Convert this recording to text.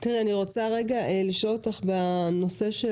אני רוצה לשאול אותך בנושא של